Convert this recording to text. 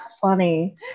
funny